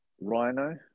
Rhino